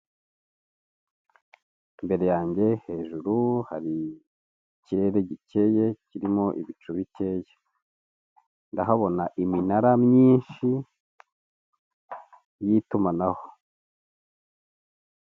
Imbere yange hejuru hari ikirere gikeye kirimo ibicu bikeya, ndahabona iminara myinshi y'itumanaho.